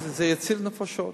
אז זה יציל נפשות.